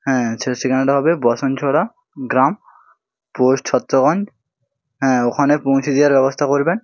হ্যাঁ সেটা ঠিকানাটা হবে বসনছোড়া গ্রাম পোস্ট ছত্রগণ হ্যাঁ ওখানে পৌঁছে দিয়ার ব্যবস্থা করবেন